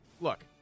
look